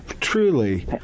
truly